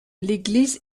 l’église